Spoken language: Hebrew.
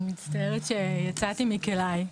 אני מצטערת שיצאתי מכליי.